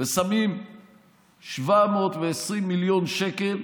ושמים 720 מיליון שקל,